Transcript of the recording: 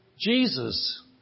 Jesus